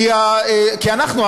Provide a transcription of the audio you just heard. כי אנחנו,